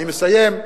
אני מסיים.